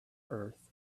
earth